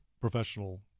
professional